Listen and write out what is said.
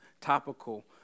topical